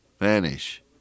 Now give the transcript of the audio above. vanish